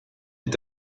est